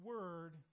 Word